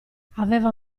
aveva